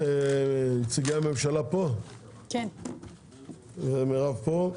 נציגי הממשלה פה ומירב פה.